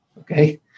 Okay